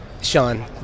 sean